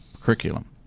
curriculum